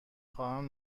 خواهم